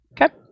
Okay